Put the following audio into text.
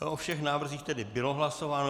O všech návrzích tedy bylo hlasováno.